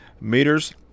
meters